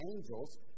angels